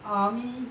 army